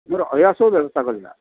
ହଁ ରହିବା ସବୁ ବ୍ୟବସ୍ଥା କରିବା